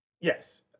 Yes